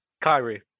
Kyrie